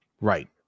right